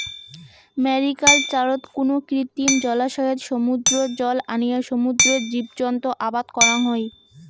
ম্যারিকালচারত কুনো কৃত্রিম জলাশয়ত সমুদ্রর জল আনিয়া সমুদ্রর জীবজন্তু আবাদ করাং হই